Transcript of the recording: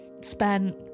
spent